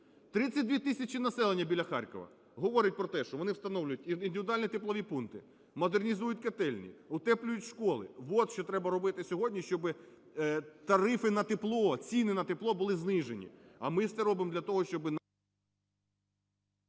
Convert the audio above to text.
32 тисячі населення біля Харкова, говорить про те, що вони встановлюють індивідуальні теплові пункти, модернізують котельні, утеплюють школи. От що треба робити сьогодні, щоби тарифи на тепло, ціни на тепло були знижені. А ми все робимо для того, щоби…